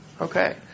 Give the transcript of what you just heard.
Okay